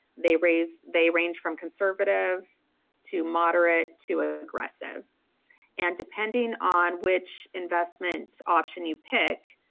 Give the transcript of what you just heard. they range they range from conservative to moderate to ah aggressive and depending on which investments option you pick,